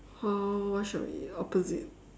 how what shall we eat at opposite